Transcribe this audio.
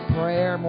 prayer